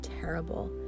terrible